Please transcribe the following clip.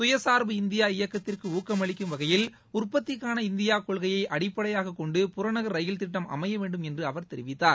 சுயசார்பு இந்தியா இயக்கத்திற்கு ஊக்கமளிக்கும் வகையில் உற்பத்திக்கான இந்தியா கொள்கையை அடிப்படையாக கொண்டு புறநகர் ரயில் திட்டம் அமைய வேண்டும் என்று அவர் தெரிவித்தார்